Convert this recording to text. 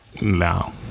now